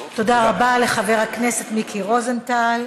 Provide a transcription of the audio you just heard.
תודה רבה לחבר הכנסת מיקי רוזנטל.